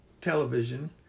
television